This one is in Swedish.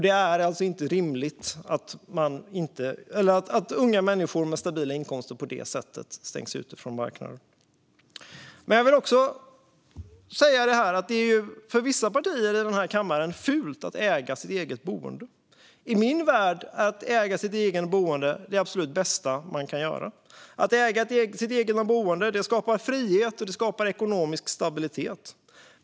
Det är inte rimligt att unga människor på det sättet stängs ute från marknaden. För vissa partier i den här kammaren är det fult att äga sitt eget boende. I min värld är att äga sitt eget boende det absolut bästa man kan göra. Att äga sitt eget boende skapar frihet och ekonomisk stabilitet.